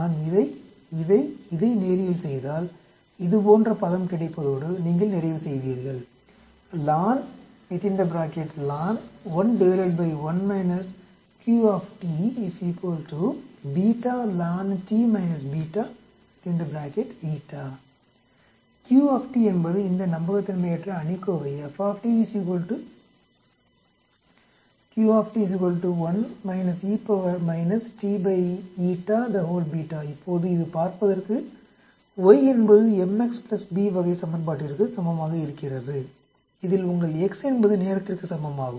நான் இதை இதை இதை நேரியல் செய்தால் இதுபோன்ற பதம் கிடைப்பதோடு நீங்கள் நிறைவு செய்வீர்கள் Q என்பது இந்த நம்பகத்தன்மையற்ற அணிகோவை இப்போது இது பார்ப்பதற்கு y என்பது m x plus b வகை சமன்பாட்டிற்கு சமமாக இருக்கிறது இதில் உங்கள் x என்பது நேரத்திற்கு சமம் ஆகும்